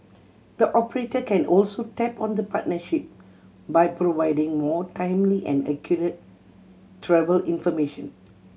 the operator can also tap on the partnership by providing more timely and accurate travel information